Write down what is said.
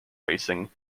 racing